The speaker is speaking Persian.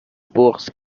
بغض